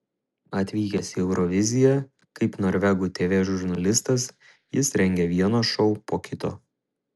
atvykęs į euroviziją kaip norvegų tv žurnalistas jis rengia vieną šou po kito